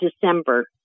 December